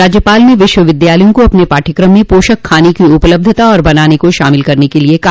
राज्यपाल ने विश्वविद्यालयों को अपने पाठयक्रम में पोषक खाने की उपलब्धता और बनाने को शामिल करने के लिये कहा